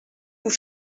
vous